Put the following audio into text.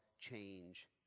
change